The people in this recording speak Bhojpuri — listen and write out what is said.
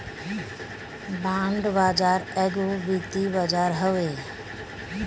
बांड बाजार एगो वित्तीय बाजार हवे